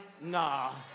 nah